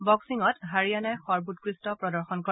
বক্সিঙত হাৰিয়ানাই সৰ্বোৎকষ্ট প্ৰদৰ্শন কৰে